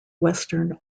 western